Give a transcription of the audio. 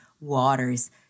waters